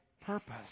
purpose